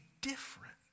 different